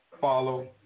follow